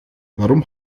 warum